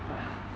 quite hard